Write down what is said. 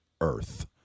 Earth